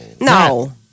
no